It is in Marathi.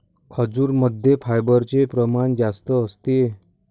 खजूरमध्ये फायबरचे प्रमाण जास्त असते